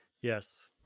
Yes